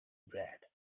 bread